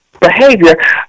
behavior